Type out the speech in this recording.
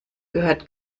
gehört